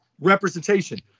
representation